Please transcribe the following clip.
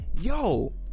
yo